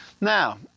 Now